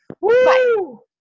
Woo